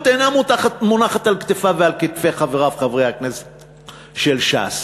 אינה מונחת על כתפיו ועל כתפי חבריו חברי הכנסת של ש"ס,